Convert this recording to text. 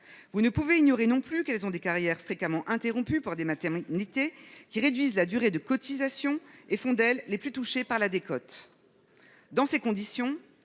Vous ne pouvait ignorer non plus qu'elles ont des carrières fréquemment interrompues par des maternités qui réduisent la durée de cotisation et font d'elle les plus touchés par la décote. Dans ces conditions,